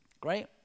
Great